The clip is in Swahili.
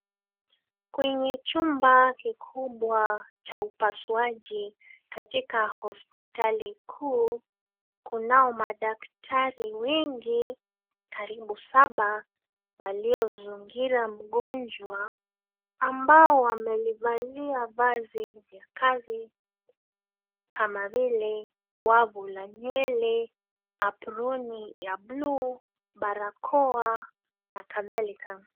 Kwenye chumba kikubwa cha upasuaji katika hospitali kuu, kunao madaktari wengi karibu saba; waliozingira mgonjwa, ambao wamelivalia vazi la kazi kama vile wavu la nywele, aproni ya buluu, barakoa na kadhalika.